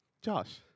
Josh